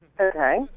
Okay